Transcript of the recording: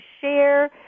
share